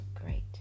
great